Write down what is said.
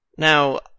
Now